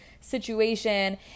situation